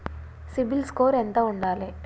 CIBIL score ఎంత ఉండాలే?